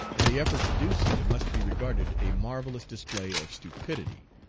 and the effort to do so must be regarded a marvellous display of stupidity,